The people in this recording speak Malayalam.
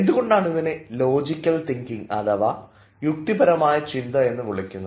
എന്തുകൊണ്ടാണ് ഇതിനെ ലോജിക്കൽ തിങ്കിങ് അഥവാ യുക്തിപരമായ ചിന്ത എന്ന് വിളിക്കുന്നത്